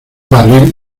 barril